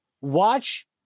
Watch